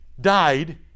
died